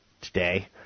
today